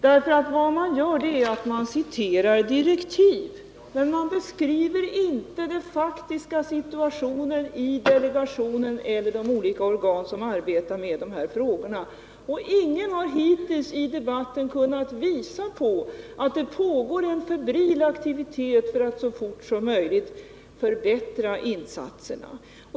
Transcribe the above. Utskottsmajoriteten citerar direktiv men beskriver inte den faktiska situationen i delegationen eller de olika organ som arbetar med frågorna. Ingen har hittills i debatten kunnat visa på att det pågår en febril aktivitet för att så fort som möjligt förbättra insatserna.